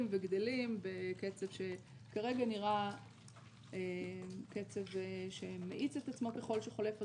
וגדלים בקצב שכרגע נראה קצב שמאיץ את עצמו ככל שחולף הזמן.